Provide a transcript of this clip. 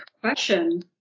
question